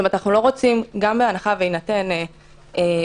כלומר אנו לא רוצים גם בהנחה שתינתן אופציה,